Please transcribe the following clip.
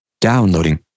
Downloading